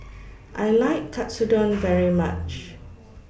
I like Katsudon very much